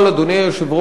אדוני היושב-ראש,